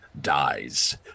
dies